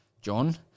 John